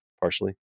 partially